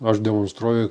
aš demonstruoju